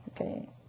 Okay